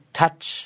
touch